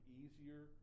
easier